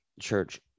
church